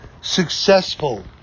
successful